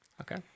Okay